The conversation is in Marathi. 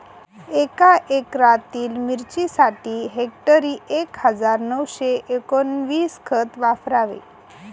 एका एकरातील मिरचीसाठी हेक्टरी एक हजार नऊशे एकोणवीस खत वापरावे